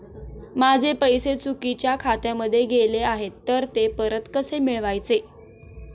माझे पैसे चुकीच्या खात्यामध्ये गेले आहेत तर ते परत कसे मिळवायचे?